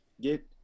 get